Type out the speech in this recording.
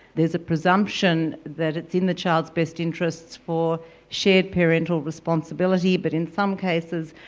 there's a presumption that it's in the child's best interests for shared parental responsibility, but in some cases,